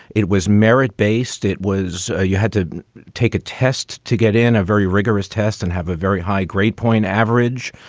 it was merit based. it was ah you had to take a test to get in a very rigorous test and have a very high grade point average.